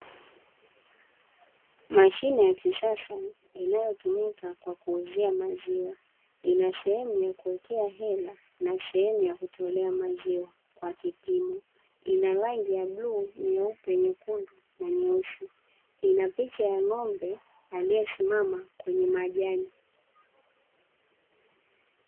Mashine ya kisasa inayotumika kwa kuuzia maziwa, ina sehemu ya kuwekea hela na sehemu ya kutolea maziwa kwa kipimo, ina rangi ya bluu, nyeupe, nyekundu na nyeusi ina picha ya ng’ombe aliyesimama kwenye majani.